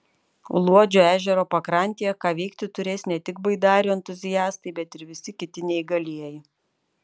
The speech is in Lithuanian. luodžio ežero pakrantėje ką veikti turės ne tik baidarių entuziastai bet ir visi kiti neįgalieji